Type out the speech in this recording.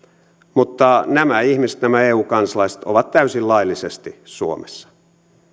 mutta nämä ihmiset nämä eu kansalaiset ovat täysin laillisesti suomessa